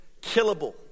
killable